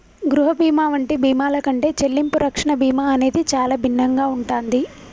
గృహ బీమా వంటి బీమాల కంటే చెల్లింపు రక్షణ బీమా అనేది చానా భిన్నంగా ఉంటాది